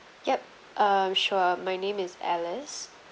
yup um sure my name is alice